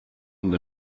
und